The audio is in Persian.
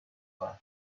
کنم